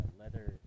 leather